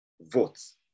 votes